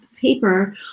paper